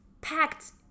packed